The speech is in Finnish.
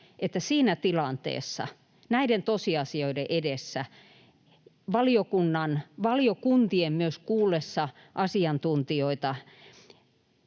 että siinä tilanteessa, näiden tosiasioiden edessä, valiokuntien myös kuullessa asiantuntijoita